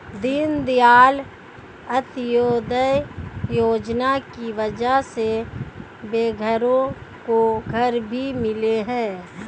दीनदयाल अंत्योदय योजना की वजह से बेघरों को घर भी मिले हैं